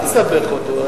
אל תסבך אותו.